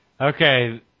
Okay